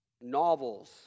novels